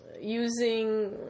using